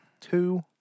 Two